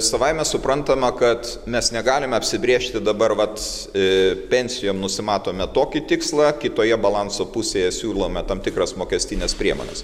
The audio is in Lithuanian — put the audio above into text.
savaime suprantama kad mes negalime apsibrėžti dabar vat i pensijom nusimatome tokį tikslą kitoje balanso pusėje siūlome tam tikras mokestines priemones